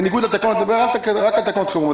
בניגוד לתקנות אני מדבר רק עלך תקנות חירום,